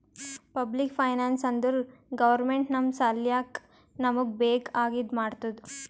public finance ಅಂದುರ್ government ನಮ್ ಸಲ್ಯಾಕ್ ನಮೂಗ್ ಬೇಕ್ ಆಗಿದ ಮಾಡ್ತುದ್